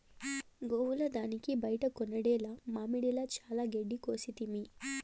గోవుల దానికి బైట కొనుడేల మామడిల చానా గెడ్డి కోసితిమి